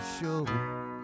show